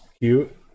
cute